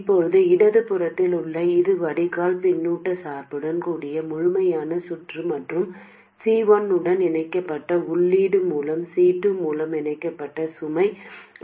இப்போது இடதுபுறத்தில் உள்ள இது வடிகால் பின்னூட்ட சார்புடன் கூடிய முழுமையான சுற்று மற்றும் C1 உடன் இணைக்கப்பட்ட உள்ளீடு மூலம் C2 மூலம் இணைக்கப்பட்ட சுமை ஆகும்